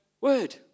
word